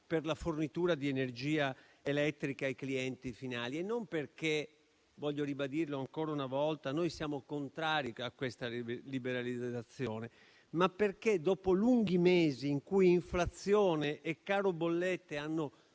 per la fornitura di energia elettrica ai clienti finali e non perché - voglio ribadirlo ancora una volta - noi siamo contrari a questa liberalizzazione, ma perché dopo lunghi mesi in cui inflazione e caro bollette hanno